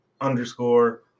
underscore